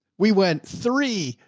we went three,